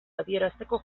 adierazteko